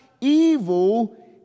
evil